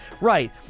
right